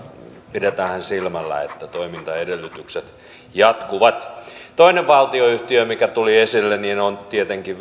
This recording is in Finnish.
pidetäänhän silmällä että toimintaedellytykset jatkuvat toinen valtionyhtiö mikä tuli esille on tietenkin